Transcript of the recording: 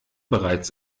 bereits